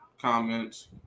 comments